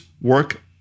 work